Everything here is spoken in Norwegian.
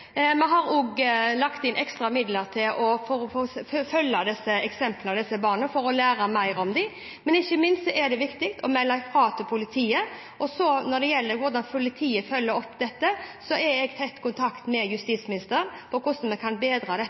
Vi har også lagt inn ekstra midler for å følge disse barna for å lære mer om dem, men ikke minst er det viktig å melde fra til politiet. Når det gjelder hvordan politiet følger opp, er jeg i tett kontakt med justisministeren om hvordan vi kan bedre dette